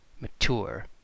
mature